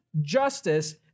justice